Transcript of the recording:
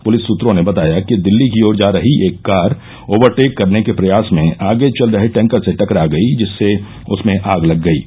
police सुत्रों ने बताया कि दिल्ली की ओर जा रही एक कार ओवरटेक करने के प्रयास में आगे चल रहे टैंकर से टकरा गयी जिससे उसमें आग लग गयी